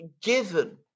given